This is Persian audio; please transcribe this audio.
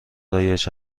رایج